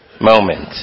moment